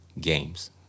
Games